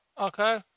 okay